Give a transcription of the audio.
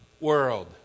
world